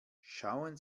schauen